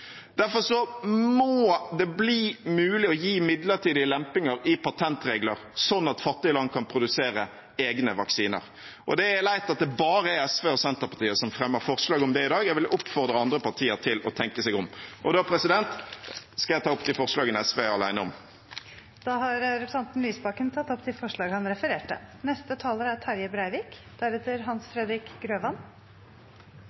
må det bli mulig å gi midlertidige lempninger i patentregler, sånn at fattige land kan produsere egne vaksiner. Det er leit at det bare er SV og Senterpartiet som fremmer forslag om det i dag. Jeg vil oppfordre andre partier til tenke seg om. Da vil jeg ta opp de forslagene SV er alene om. Representanten Audun Lysbakken har tatt opp de forslagene han refererte